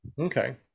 Okay